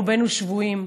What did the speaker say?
רובנו שבויים,